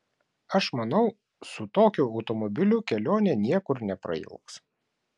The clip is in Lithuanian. aš manau su tokiu automobiliu kelionė niekur neprailgs